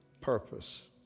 purpose